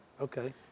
Okay